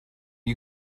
you